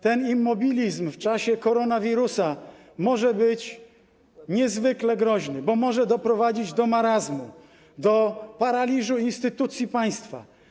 Ten immobilizm w czasie koronawirusa może być niezwykle groźny, bo może doprowadzić do marazmu, do paraliżu instytucji państwa.